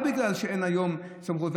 זה רק בגלל שאין היום סמכות.